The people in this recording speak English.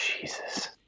Jesus